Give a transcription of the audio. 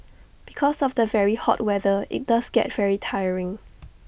because of the very hot weather IT does get very tiring